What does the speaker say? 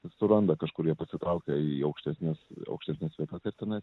suranda kažkur jie pasitraukia į aukštesnius aukštesnes vietas ir tenais